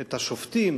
את השופטים,